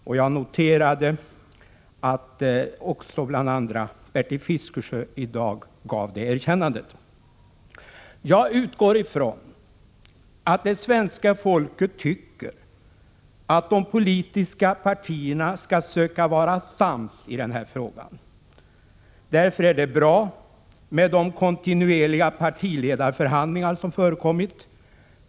Jag har a. noterat att också bl.a. Bertil Fiskesjö i dag har gett det erkännandet. RR i Jag utgår ifrån att det svenska folket tycker att de politiska Partierna skall Regeringens åtgärder försöka vara sams i den här frågan. Därför är det bra med de kontinuerliga medanledning av partiledarförhandlingar som förekommit.